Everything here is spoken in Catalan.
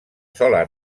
sola